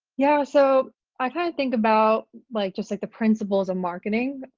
yeah so i kind of think about like just like the principles of marketing.